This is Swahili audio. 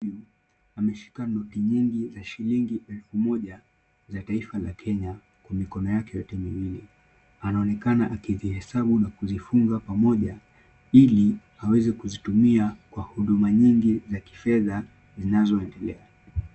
Wameshika noti nyingi za shilingi elfu moja za taifa la kenya kwa mikono yake yote miwili. Anaonekana akivihesabu na kuzifunga pamoja ili aweze kuzitumia kwa huduma nyingi za kifedha zinazoendea.